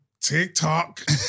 TikTok